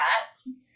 cats